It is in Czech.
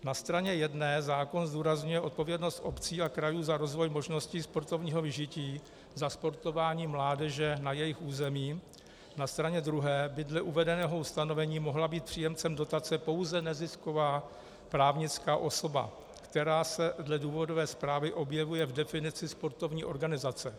Na straně jedné zákon zdůrazňuje odpovědnost obcí a krajů za rozvoj možnosti sportovního vyžití, za sportování mládeže na jejich území, na straně druhé by dle uvedeného ustanovení mohla být příjemcem dotace pouze nezisková právnická osoba, která se dle důvodové zprávy objevuje v definici sportovní organizace.